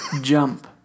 Jump